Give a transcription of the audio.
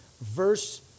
verse